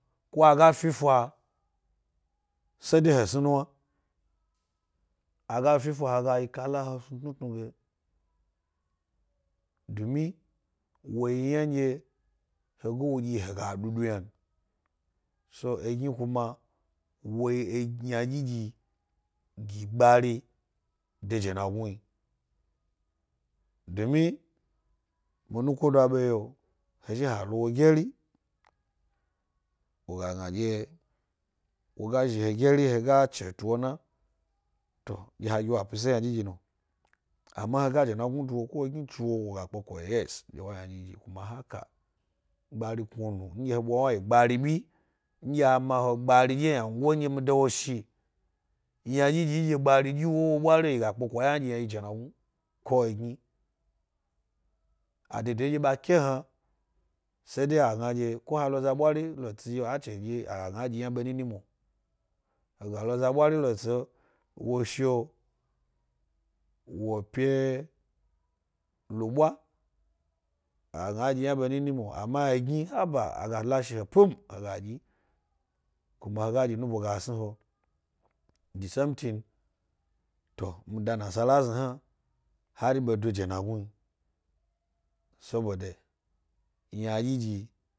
Ko aga fi fa, se de he sni nuwna aga fifa he ga yi kala yi he snu tnutnu gedomi wo yi ynandye he ga wo dyi he ga dudu yna. So edni kuma wo yi ynadoi dyi n. gbari de jenagnu yi. Domi mi nu kodo abe yiro he zhi ha lo wo geri wo ga gna dye wo ga zhi he geri, he ga chewyi tuwo na ɗye ha gi wo pise ynadyidyi no ama he ga jenagnu duwo ko he ga egni tsu wo woga gna yes gnunu nɗye he bwa wna yi gbari bu, nɗye a ma he gbari ɗye ynadyi ynago mi da wo shi, ynadyidyi ndye gbari dyi yna ɓwari’o yi ga pkeko wa ynadyi yna yi jenagnu ko egni adede nɗye ɓa kee hna, se de a gna dye ko ha lo za bwari le tsi dye a chewgyi dyi a ga gna dye a dyi yna be mini m. he lo za ɓwari le tsi wo shi’o wo pye lubwa, aga gna a dyi yna be mini mwo, ama egni haba aga la shi he pum kuma he gadyi nubo ga sni he. something to mi da nasala zhni hna no, har ɓedo jenagnu seɓode ynaɗyiɗyi.